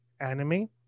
anime